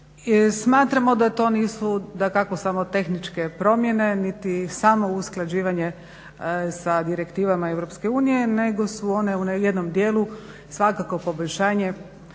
Smatramo da to nisu dakako samo tehničke promjene niti samo usklađivanje sa direktivama Europske unije nego su one u jednom dijelu svakako poboljšanje